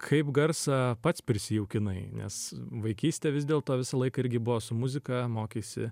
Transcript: kaip garsą pats prisijaukinai nes vaikystė vis dėlto visą laiką irgi buvo su muzika mokeisi